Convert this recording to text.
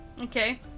Okay